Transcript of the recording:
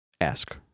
Ask